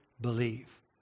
believe